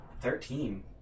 thirteen